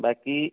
বাকী